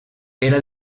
era